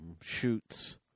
shoots